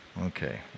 Okay